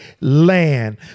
land